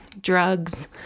drugs